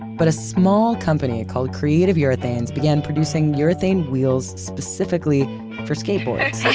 but a small company called creative urethanes began producing urethane wheels specifically for skateboards.